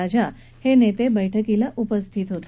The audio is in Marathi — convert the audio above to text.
राजा हे नेते बैठकीला उपस्थित होते